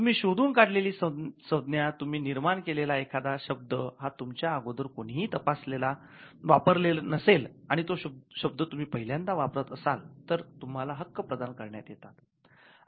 तुम्ही शोधून काढलेली संज्ञा तुम्ही निर्माण केलेला एखादा शब्द हा तुमच्या अगोदर कोणीही वापरलेला नसेल आणि तो शब्द तुम्ही पहिल्यांदा वापरत असाल तर तुम्हाला हक्क प्रदान करण्यात येतात